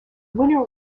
winner